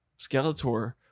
Skeletor